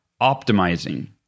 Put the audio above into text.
optimizing